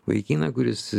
vaikiną kuris